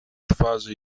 twarzy